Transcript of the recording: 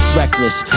reckless